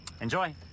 enjoy